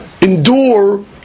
endure